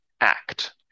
act